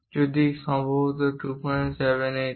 যদি কিছু সম্ভবত 278 হয়